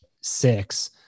six